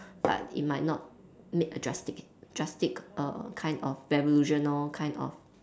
but it might not make a drastic drastic err kind of revolutionary kind of